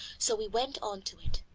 so we went on to it,